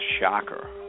shocker